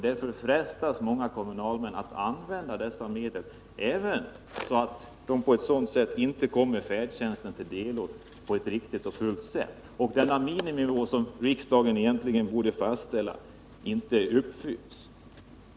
Därför frestas många kommunalmän att använda dessa medel på ett sådant sätt att de inte kommer färdtjänsten helt och fullt till del, varigenom den miniminivå som riksdagen egentligen borde fastställa inte uppfylls.